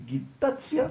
דיגיטציה,